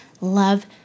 love